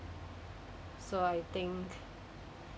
so I think